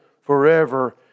forever